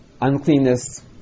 uncleanness